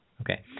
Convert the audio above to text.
Okay